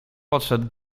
podszedł